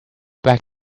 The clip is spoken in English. back